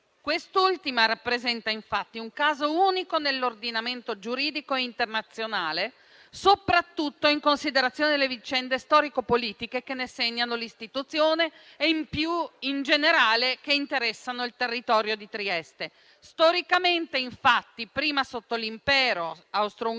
Quest'ultimo rappresenta un caso unico nell'ordinamento giuridico internazionale, soprattutto in considerazione delle vicende storico politiche che ne segnano l'istituzione e, più in generale, che interessano il territorio di Trieste. Storicamente prima sotto l'impero austro-ungarico,